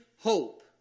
hope